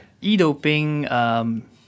E-doping